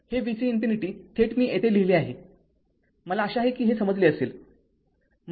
हे vc ∞ थेट मी येथे लिहिले आहे मला आशा आहे की हे समजले असेल